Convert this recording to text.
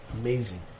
Amazing